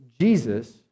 Jesus